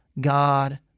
God